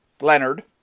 Leonard